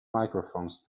microphones